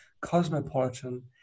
Cosmopolitan